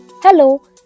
Hello